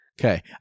Okay